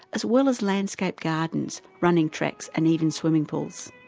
as well as landscaped gardens, running tracks and even swimming pools.